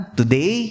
today